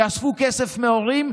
שיאספו כסף מהורים,